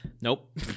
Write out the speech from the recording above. nope